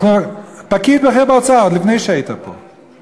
פקיד בכיר באוצר, לפני שהיית פה.